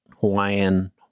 Hawaiian